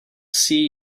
see